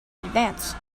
advance